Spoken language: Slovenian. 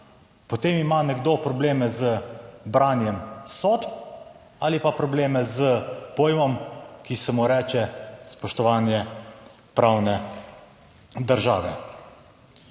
potem ima nekdo probleme z branjem sodb ali pa probleme s pojmom, ki se mu reče spoštovanje pravne države.